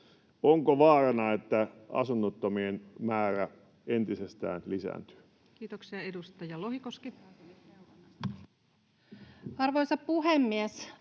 Onko vaarana, että asunnottomien määrä entisestään lisääntyy? Kiitoksia. — Edustaja Lohikoski. Arvoisa puhemies!